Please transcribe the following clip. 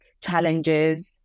challenges